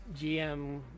GM